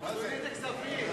ועדת הכספים.